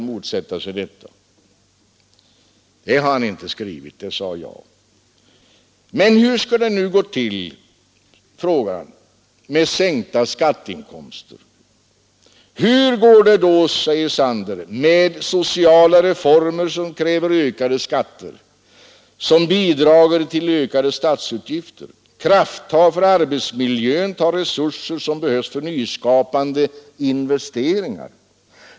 ”Men hur skall det gå till? Med sänkta skatteinkomster. Hur går det då med sociala reformer som kräver ökade skatter? Som bidrager till ökade statsutgifter. Krafttag för arbetsmiljön tar resurser som behövs för nyskapande investeringar.